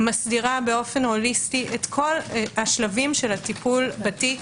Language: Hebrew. מסדירה הוליסטית את כל השלבים של הטיפול בתיק,